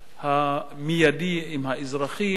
המיידי עם האזרחים,